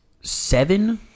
Seven